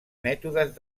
mètodes